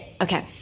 Okay